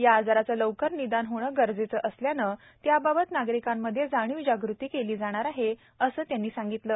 या आजाराचं लवकर निदान होणं गरजेच असल्यानं त्याबाबत नागरिकांमध्ये जाणीव जागृती केली जाणार आहे असं त्यांनी सांगितलं